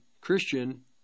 Christian